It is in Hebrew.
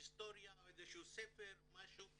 היסטוריה או איזשהו ספר או משהו,